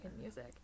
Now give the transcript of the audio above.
music